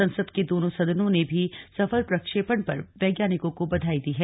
संसद के दोनों सदनों ने भी सफल प्रक्षेपण पर वैज्ञानिकों को बधाई दी है